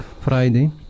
Friday